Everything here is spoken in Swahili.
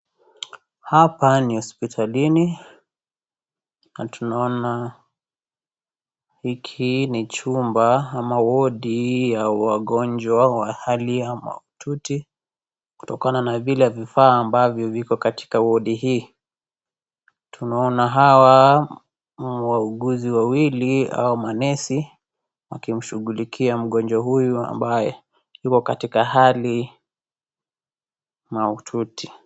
Hapa ni hospitalini na tunaona hiki ni chumba ama wodi ya wagonjwa wa hali ya mahututi kutokana na vile vifaa ambavyo viko katika wodi hii, tunaona hawa wauguzi wawili au manesi wakimshughulikia mgonjwa huyu ambaye yuko katika hali mahututi.